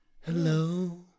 Hello